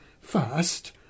first